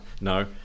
no